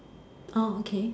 oh okay